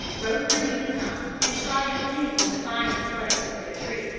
wrote for me to come and try at least to find the place or the tree.